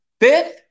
Fifth